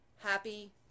happy